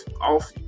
off